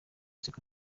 siko